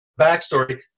backstory